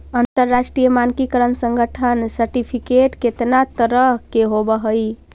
अंतरराष्ट्रीय मानकीकरण संगठन सर्टिफिकेट केतना तरह के होब हई?